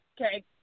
okay